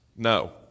No